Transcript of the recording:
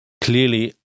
clearly